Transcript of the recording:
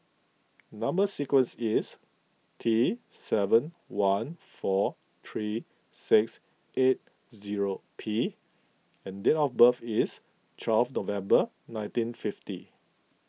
Number Sequence is T seven one four three six eight zero P and date of birth is twelve November nineteen fifty